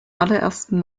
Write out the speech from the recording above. allerersten